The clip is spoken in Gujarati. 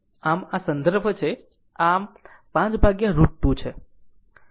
આમ આ સંદર્ભ છે આમ 5 √ 2 છે